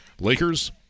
Lakers